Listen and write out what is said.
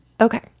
okay